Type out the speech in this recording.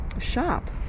shop